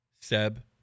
Seb